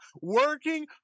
working